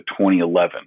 2011